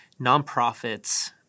nonprofits